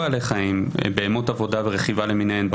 בהמות עבודה ורכיבה למיניהן,